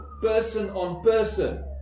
person-on-person